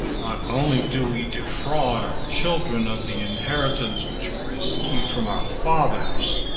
not only do we defraud our children of the inheritance which we received from our fathers,